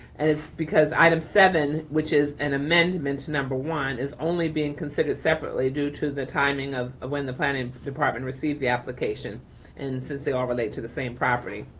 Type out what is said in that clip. and it's because item seven, which is an amendment, number one is only being considered separately due to the timing of when the planning department received the application and since they all relate to the same property.